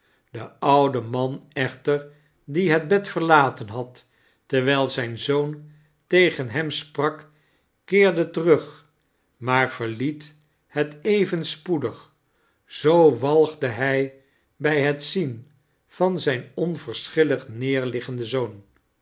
de oude man echter die het bed verlaten had terwijl zijn zoon tegen hem sprak keerde terug maar verliet het even spoedig zoo walgde hij bij het zien van zijn onverschillig neerliggenden zoon